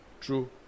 True